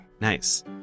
Nice